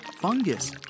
fungus